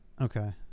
Okay